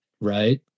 right